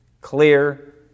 clear